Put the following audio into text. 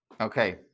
Okay